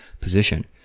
position